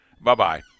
Bye-bye